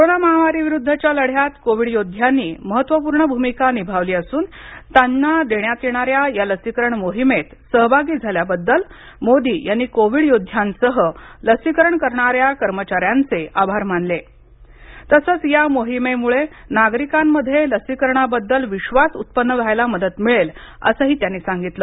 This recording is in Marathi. कोरोना महामारी विरुद्धच्या लढ्यात कोविड योद्ध्यांनी महत्त्वपूर्ण भूमिका निभावली असून त्यांना देण्यात येणाऱ्या या लसीकरण मोहिमेत सहभागी झाल्याबद्दल मोदी यांनी कोविड योद्ध्यांसह लसीकरण करणाऱ्या कर्मचाऱ्यांचे आभार मानले तसच या मोहिमेमुळे नागरिकांमध्ये लसीकरणाबद्दल विश्वास उत्पन्न व्हायला मदत मिळेल असं सांगितलं